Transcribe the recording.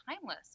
timeless